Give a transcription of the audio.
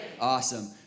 Awesome